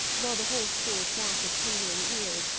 while the whole school sat with tingling ears,